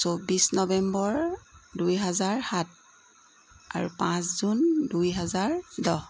চৌবিছ নৱেম্বৰ দুই হাজাৰ সাত আৰু পাঁচ জুন দুই হাজাৰ দহ